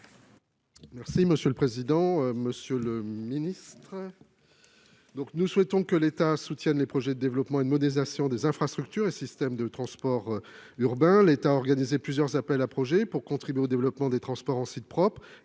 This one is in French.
: La parole est à M. Hervé Gillé. Nous souhaitons que l'État soutienne les projets de développement et de modernisation des infrastructures et des systèmes de transport urbain. Il a ainsi organisé plusieurs appels à projets pour contribuer au développement des transports en site propre-